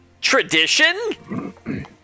tradition